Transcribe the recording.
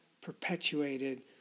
perpetuated